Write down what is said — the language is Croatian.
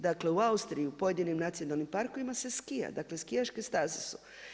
Dakle u Austriji u pojedinim nacionalnim parkovima se skija, dakle skijaške staze su.